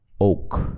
oak